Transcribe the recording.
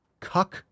Cuck